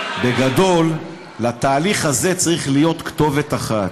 בגדול, לתהליך הזה צריכה להיות כתובת אחת.